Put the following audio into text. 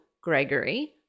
Gregory